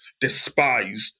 despised